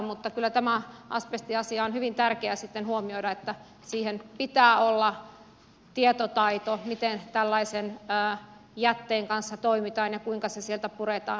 mutta kyllä tämä asbestiasia on hyvin tärkeä huomioida että siihen pitää olla tietotaito miten tällaisen jätteen kanssa toimitaan ja kuinka se sieltä puretaan